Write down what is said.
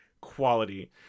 quality